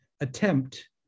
attempt